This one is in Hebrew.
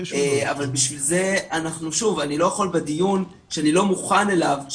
אני לא יכול בדיון שאני לא מוכן אליו,